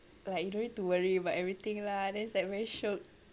like you don't need to worry about everything lah then it's like very shiok